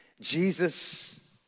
Jesus